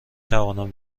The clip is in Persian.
توانم